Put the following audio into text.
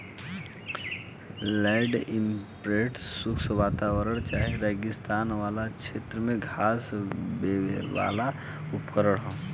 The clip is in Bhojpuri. लैंड इम्प्रिंटेर शुष्क वातावरण चाहे रेगिस्तान वाला क्षेत्र में घास बोवेवाला उपकरण ह